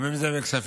אם זה בכספים,